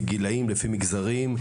לפי גילאים ולפי מגזרים,